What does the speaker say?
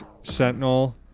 Sentinel